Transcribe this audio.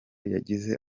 yagize